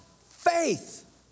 faith